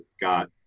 got